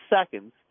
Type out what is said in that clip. seconds